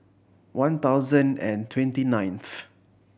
one thousand and twenty ninth